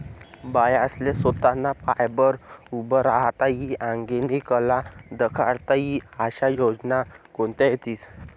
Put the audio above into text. बायास्ले सोताना पायावर उभं राहता ई आंगेनी कला दखाडता ई आशा योजना कोणत्या शेतीस?